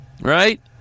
Right